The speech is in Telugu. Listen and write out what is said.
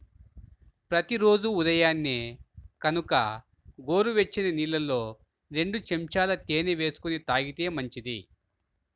ప్రతి రోజూ ఉదయాన్నే గనక గోరువెచ్చని నీళ్ళల్లో రెండు చెంచాల తేనె వేసుకొని తాగితే మంచిది